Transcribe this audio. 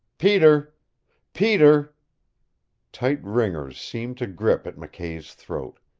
peter peter tight ringers seemed to grip at mckay's throat.